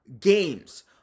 games